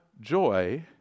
joy